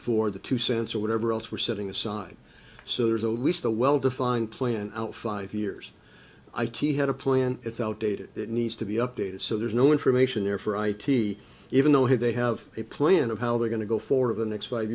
for the two cents or whatever else we're setting aside so there's a least a well defined plan out five years i t had a plan it's outdated it needs to be updated so there's no information there for i t even though he they have a plan of how they're going to go for the next five